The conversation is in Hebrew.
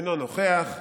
אינו נוכח,